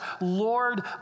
Lord